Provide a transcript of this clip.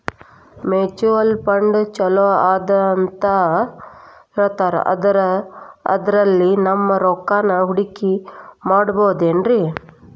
Mutual fund ಛಲೋ ಅದಾ ಅಂತಾ ಹೇಳ್ತಾರ ಅದ್ರಲ್ಲಿ ನಮ್ ರೊಕ್ಕನಾ ಹೂಡಕಿ ಮಾಡಬೋದೇನ್ರಿ?